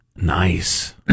Nice